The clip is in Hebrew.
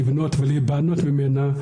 לבנות ולהיבנות ממנה,